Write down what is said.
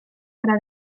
para